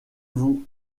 vous